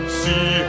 see